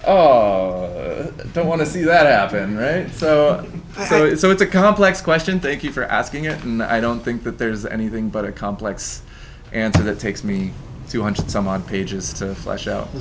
i don't want to see that happen right so it's a complex question thank you for asking it and i don't think that there's anything but a complex answer that takes me two hundred some one pages to flesh